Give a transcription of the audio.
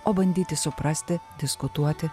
o bandyti suprasti diskutuoti